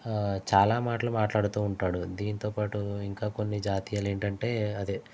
చాలా మాటలు మాట్లాడుతూ ఉంటాడు దీనితో పాటు ఇంకా కొన్ని జాతీయాలు ఏంటంటే అది